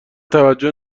توجه